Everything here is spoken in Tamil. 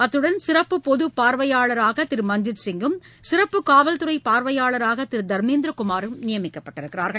அத்துடன் சிறப்பு பொது பார்வையாளராக திரு மஞ்ஜித்சிங்கும் சிறப்பு காவல்துறை பார்வையாளராக திரு தர்மேந்திர குமாரும் நியமிக்கப்பட்டுள்ளனர்